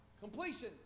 Completion